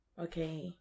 okay